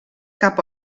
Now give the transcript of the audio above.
cap